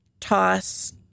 toss